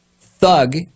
thug